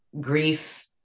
grief